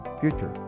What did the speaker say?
future